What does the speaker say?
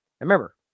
Remember